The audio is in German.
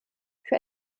für